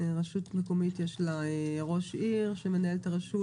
לרשות מקומית יש ראש עיר שמנהל את הרשות,